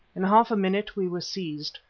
in half a minute we were seized,